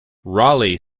raleigh